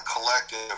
collective